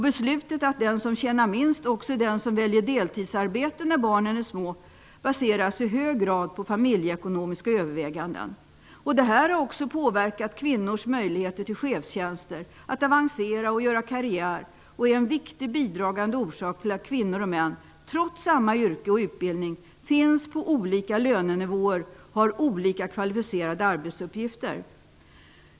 Beslutet att den som tjänar minst också är den som väljer deltidsarbete baseras i hög grad på familjeekonomiska överväganden. Detta har också påverkat kvinnors möjligheter att få chefstjänster, att avancera och att göra karriär. Det är också en viktig bidragande orsak till att kvinnor och män, trots att de har samma utbildning och yrke, finns på olika lönenivåer och inte har lika kvalificerade arbetsuppgifter.